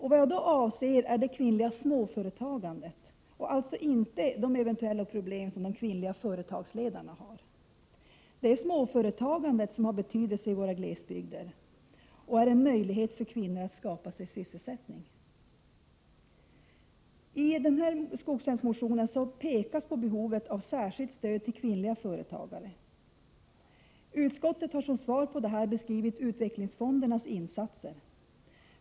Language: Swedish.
Vad jag då avser är det kvinnliga småföretagandet och alltså inte de eventuella problem som de kvinnliga företagsledarna har. Det är småföretagandet som har betydelse i våra glesbygder och är en möjlighet för kvinnor att skapa sig sysselsättning. I den socialdemokratiska skogslänsmotionen pekas på behovet av särskilt stöd till kvinnliga företagare. Utskottet har som svar på denna beskrivit utvecklingsfondernas insatser.